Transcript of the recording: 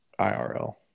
IRL